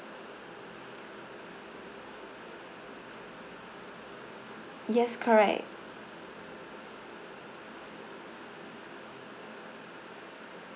yes correct